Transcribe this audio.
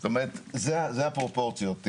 זאת אומרת, זה הפרופורציות.